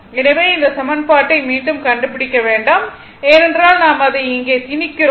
எனவே இந்த சமன்பாட்டை மீண்டும் கண்டுபிடிக்க வேண்டாம் ஏனென்றால் நாம் அதை இங்கே திணிக்கிறோம்